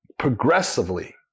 progressively